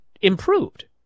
improved